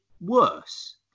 worse